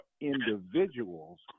individuals